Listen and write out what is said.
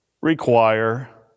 require